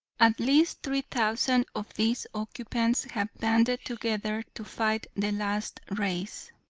at least three thousand of these occupants have banded together to fight the last raise,